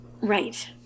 right